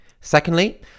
Secondly